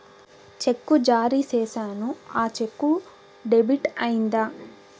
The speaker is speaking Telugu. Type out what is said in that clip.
చెక్కు జారీ సేసాను, ఆ చెక్కు డెబిట్ అయిందా